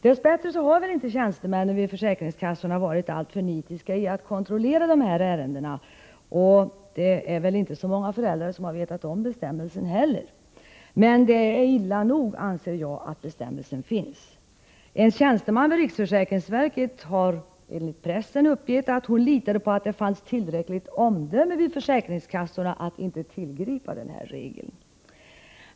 Dess bättre har väl inte tjänstemännen vid försäkringskassorna varit alltför nitiska i att kontrollera dessa ärenden, och många föräldrar har inte vetat om bestämmelsen. Men det är illa nog, anser jag, att bestämmelsen finns. En tjänsteman vid riksförsäkringsverket har enligt pressen uppgett att hon litade på att det fanns tillräckligt omdöme vid försäkringskassorna för att inte tillämpa den här regeln.